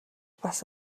бас